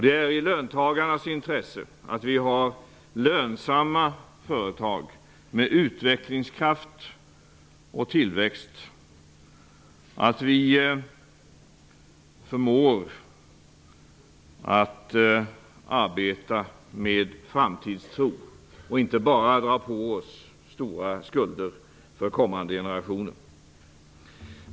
Det är i löntagarnas intresse att vi har lönsamma företag med utvecklingskraft och tillväxt och att vi förmår att arbeta med framtidstro och inte dra på oss stora skulder för kommande generationer.